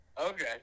Okay